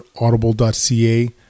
audible.ca